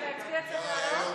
כדי להצביע צריך לעלות?